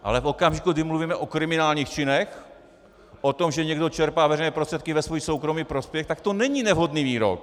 Ale v okamžiku, kdy mluvíme o kriminálních činech, o tom, že někdo čerpá veřejné prostředky ve svůj soukromý prospěch, tak to není nevhodný výrok!